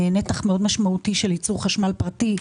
נתח מאוד משמעותי של ייצור חשמל פרטי,